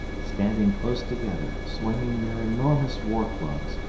standing close together, swinging their enormous war-clubs,